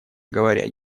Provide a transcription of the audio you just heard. говоря